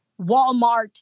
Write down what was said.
Walmart